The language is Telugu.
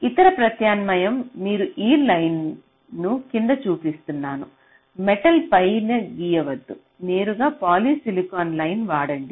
ఇతర ప్రత్యామ్నాయం మీరు ఈ లైన్ ను కింద అ చూపిస్తాను మెటల్ పై గీయవద్దు నేరుగా పాలిసిలికాన్ లైన్ని వాడండి